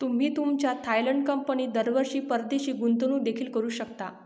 तुम्ही तुमच्या थायलंड कंपनीत दरवर्षी परदेशी गुंतवणूक देखील करू शकता